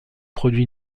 produit